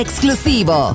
Exclusivo